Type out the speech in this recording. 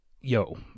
yo